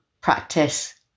practice